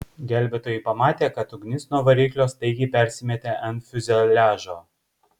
gelbėtojai pamatė kad ugnis nuo variklio staigiai persimetė ant fiuzeliažo